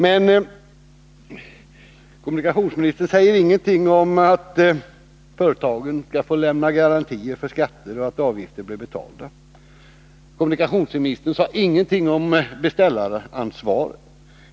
Men kommunikationsministern säger ingenting om att företagen skall få lämna garantier för att skatter och avgifter blir betalda. Kommunikationsministern sade ingenting om beställaransvar.